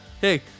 Hey